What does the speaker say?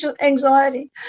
anxiety